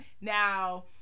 Now